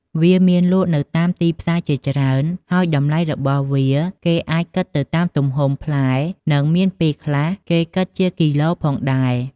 វាមានលក់នៅតាមទីផ្សារជាច្រើន ហើយតម្លៃរបស់វាគេអាចគិតទៅតាមទំហំផ្លែ និងមានពេលខ្លះគេគិតជាគីឡូផងដែរ។